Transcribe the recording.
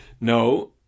No